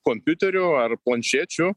kompiuterių ar planšečių